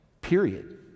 period